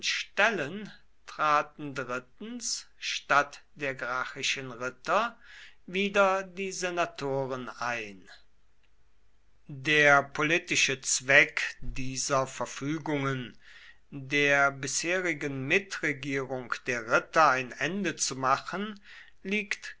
traten drittens statt der gracchischen ritter wieder die senatoren ein der politische zweck dieser verfügungen der bisherigen mitregierung der ritter ein ende zu machen liegt